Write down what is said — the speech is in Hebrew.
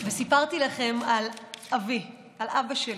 וסיפרתי לכם על אבי, על אבא שלי,